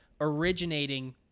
originating